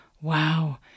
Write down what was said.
wow